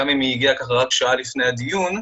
גם אם היא הגיעה רק שעה לפני הדיון.